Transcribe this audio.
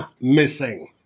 missing